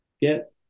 get